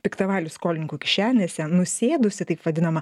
piktavalių skolininkų kišenėse nusėdusi taip vadinama